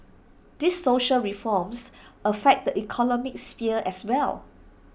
these social reforms affect the economic sphere as well